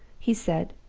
he said,